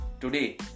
today